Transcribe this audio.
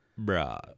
Bruh